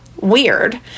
weird